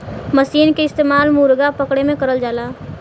मसीन के इस्तेमाल मुरगा पकड़े में करल जाला